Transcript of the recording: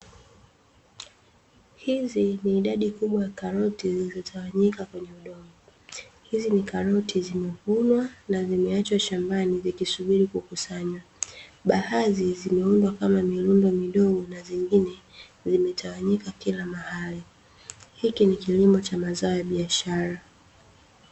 Hizi ni idadi kubwa ya karoti zilizotawanyika kwenye udongo. Hizi ni karoti zimevunwa na zimeachwa shambani zikisubiri kukusanywa. Baadhi zimeundwa kama mirundo midogo na zingine zimetawanyika kila mahali. Hiki ni kilimo cha mazao ya biashara.